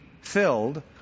filled